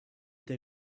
they